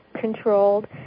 controlled